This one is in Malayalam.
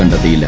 കണ്ടെത്തിയില്ല